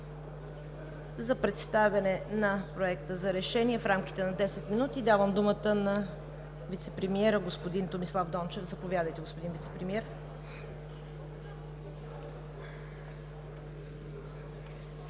За представяне на Проекта на решение в рамките на 10 минути давам думата на вицепремиера господин Томислав Дончев. Заповядайте, господин Вицепремиер.